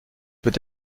peut